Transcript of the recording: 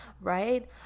right